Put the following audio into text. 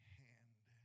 hand